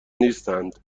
نیستند